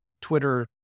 Twitter